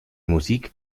musik